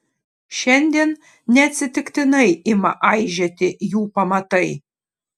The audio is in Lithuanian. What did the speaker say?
šiandien neatsitiktinai ima aižėti jų pamatai